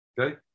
okay